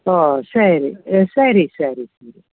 ಓಹ್ ಸರಿ ಸರಿ ಸರಿ ಸರಿ